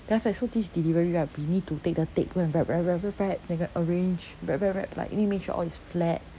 then after that so this delivery right we need to take the tape go and wrap wrap wrap wrap wrap then go and arrange wrap wrap wrap like you need to make sure all is flat